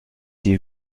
die